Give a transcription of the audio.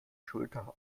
schulter